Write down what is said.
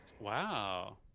Wow